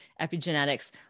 epigenetics